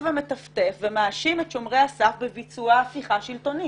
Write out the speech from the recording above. ומטפטף ומאשים את שומרי הסף בביצוע הפיכה שלטונית.